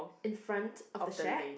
in front of the shark